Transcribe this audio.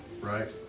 right